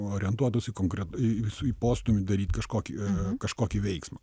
orientuotas į konkretų visų postūmį daryt kažkokį kažkokį veiksmą